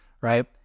right